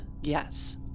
Yes